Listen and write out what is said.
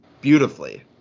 beautifully